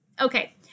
Okay